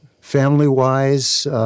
family-wise